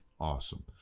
awesome